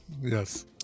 Yes